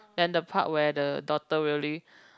then the part where the daughter really